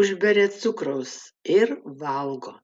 užberia cukraus ir valgo